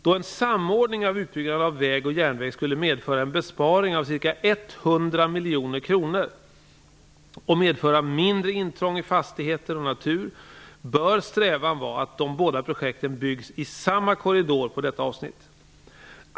Då en samordning av utbyggnaden av väg och järnväg skulle innebära en besparing på ca 100 miljoner kronor och medföra mindre intrång i fastigheter och natur bör strävan vara att de båda projekten byggs i samma korridor på detta avsnitt.